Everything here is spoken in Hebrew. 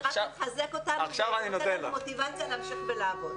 זה רק מחזק אותנו ונותן לנו מוטיבציה להמשיך ולעבוד.